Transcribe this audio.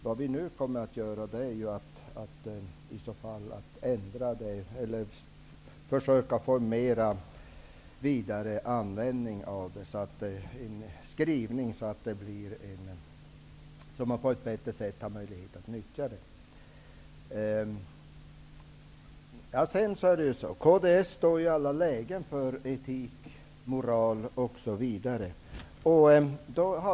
Det vi nu kommer att göra är att försöka få en vidare användning av stödet. Det gör vi genom att ha en skrivning som gör att man får möjlighet att nyttja det på ett bättre sätt. Kds står i alla lägen för etik, moral osv.